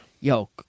Yo